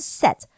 set